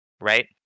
right